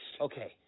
Okay